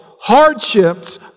hardships